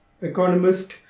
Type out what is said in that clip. economist